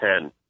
Ten